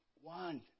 one